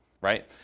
right